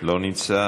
לא נמצא,